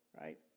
right